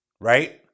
right